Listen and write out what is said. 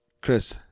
Chris